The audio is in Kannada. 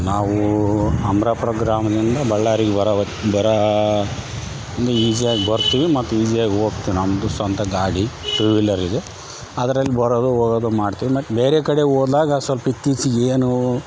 ನಾವು ಅಮರಾಪುರ ಗ್ರಾಮದಿಂದ ಬಳ್ಳಾರಿಗೆ ಬರದಕ್ಕೆ ಬರಾ ಈಸಿಯಾಗಿ ಬರ್ತೀವಿ ಮತ್ತು ಈಸಿಯಾಗಿ ಹೋಗ್ತೀವಿ ನಮ್ಮದು ಸ್ವಂತ ಗಾಡಿ ಟು ವೀಲರ್ ಇದೆ ಅದ್ರಲ್ಲಿ ಬರೋದು ಹೋಗೋದು ಮಾಡ್ತೀವಿ ಮತ್ತು ಬೇರೆ ಕಡೆಗೆ ಹೋದಾಗ ಸೊಲ್ಪ ಇತ್ತೀಚಿಗೆ ಏನು